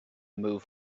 move